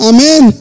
Amen